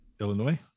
Illinois